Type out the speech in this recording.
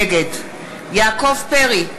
נגד יעקב פרי,